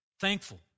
thankful